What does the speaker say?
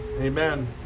Amen